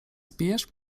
zbijesz